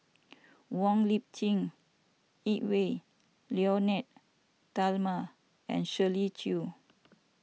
Wong Lip Chin Edwy Lyonet Talma and Shirley Chew